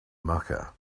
mecca